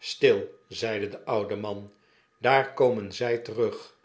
stil zeide de oude man daar komen zy terug